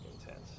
intense